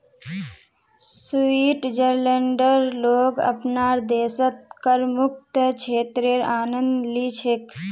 स्विट्जरलैंडेर लोग अपनार देशत करमुक्त क्षेत्रेर आनंद ली छेक